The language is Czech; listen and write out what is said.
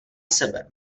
sebe